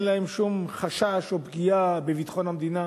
להם שום חשש או פגיעה בביטחון המדינה,